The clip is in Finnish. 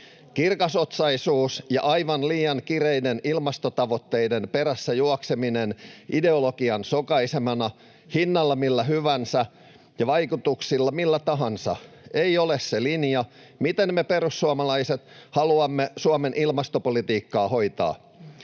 Kirkasotsaisuus ja aivan liian kireiden ilmastotavoitteiden perässä juokseminen ideologian sokaisemana — hinnalla millä hyvänsä ja vaikutuksilla millä tahansa — eivät ole se linja, miten me perussuomalaiset haluamme Suomen ilmastopolitiikkaa hoitaa.